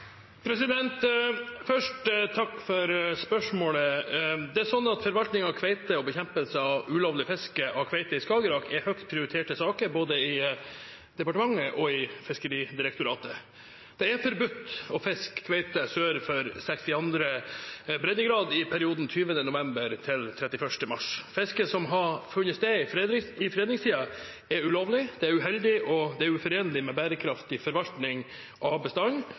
Først takk for spørsmålet. Forvaltningen av kveite og bekjempelse av ulovlig fiske av kveite i Skagerrak er høyt prioriterte saker både i departementet og i Fiskeridirektoratet. Det er forbudt å fiske kveite sør for 62. breddegrad i perioden 20. november til 31. mars. Fisket som har funnet sted i fredningstiden, er ulovlig, uheldig og uforenlig med bærekraftig forvaltning av